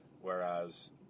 whereas